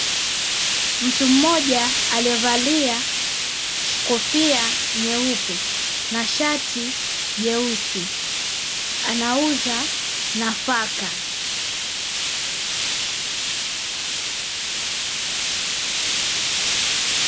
Mtu mmoja aliyevalia kofia nyeupe na shati jeusi. Anauza nafaka.